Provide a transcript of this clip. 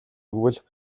өгвөл